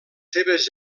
seves